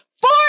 four